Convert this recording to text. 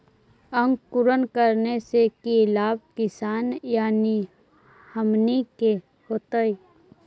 अंकुरण करने से की लाभ किसान यानी हमनि के होतय?